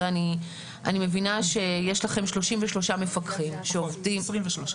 אני מבינה שיש לכם 33 מפקחים שעובדים --- 23.